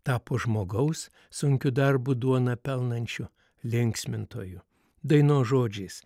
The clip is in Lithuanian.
tapo žmogaus sunkiu darbu duoną pelnančiu linksmintoju dainos žodžiais